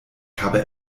habe